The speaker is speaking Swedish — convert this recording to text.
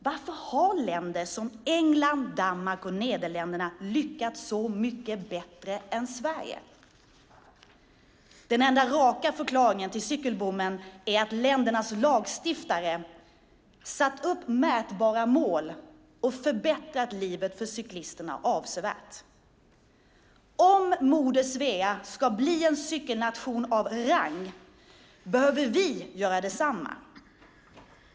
Varför har länder som England, Danmark och Nederländerna lyckats så mycket bättre än Sverige? Den enda raka förklaringen till cykelboomen är att ländernas lagstiftare satt upp mätbara mål och förbättrat livet för cyklisterna avsevärt. Om Moder Svea ska bli en cykelnation av rang behöver vi göra detsamma.